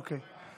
אוקיי.